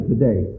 today